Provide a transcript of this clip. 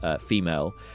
female